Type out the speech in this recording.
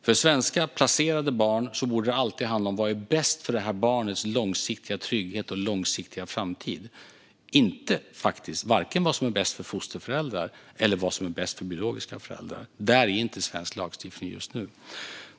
För svenska placerade barn borde det alltid handla om vad som är bäst för barnets långsiktiga trygghet och framtid - inte vad som är bäst för vare sig fosterföräldrar eller biologiska föräldrar. Där är inte svensk lagstiftning just nu.